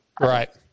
Right